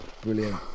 brilliant